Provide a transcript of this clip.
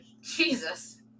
Jesus